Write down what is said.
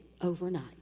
overnight